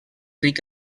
ric